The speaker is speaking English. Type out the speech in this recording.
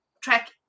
track